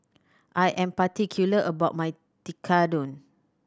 I am particular about my Tekkadon